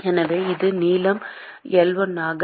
எனவே இது நீளம் L1 ஆகும்